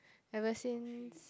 ever since